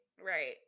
right